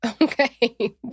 okay